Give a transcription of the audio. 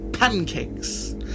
Pancakes